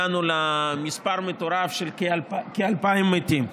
הגענו למספר מטורף של כ-2,000 מתים.